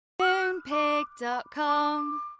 Moonpig.com